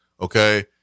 okay